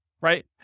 right